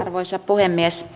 arvoisa puhemies